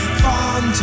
fun